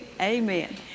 Amen